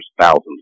thousands